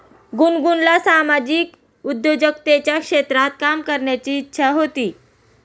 गुनगुनला सामाजिक उद्योजकतेच्या क्षेत्रात काम करण्याची इच्छा होती